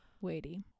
Weighty